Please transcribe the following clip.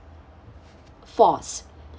false